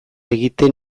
egiten